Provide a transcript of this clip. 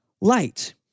light